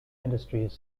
industries